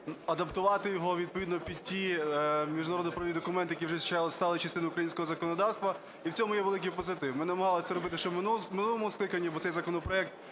адаптувати його відповідно під ті міжнародно-правові документи, які вже стали частиною українського законодавства, і в цьому є великий позитив. Ми намагалися робити ще в минулому скликанні, бо цей законопроект